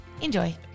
Enjoy